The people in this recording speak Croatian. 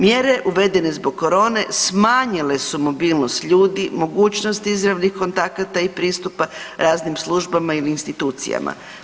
Mjere uvedene zbog korone smanjile su mobilnost ljudi, mogućnost izravnih kontakata i pristupa raznim službama ili institucijama.